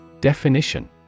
Definition